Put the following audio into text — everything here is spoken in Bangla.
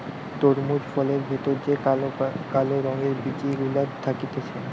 তরমুজ ফলের ভেতর যে কালো রঙের বিচি গুলা থাকতিছে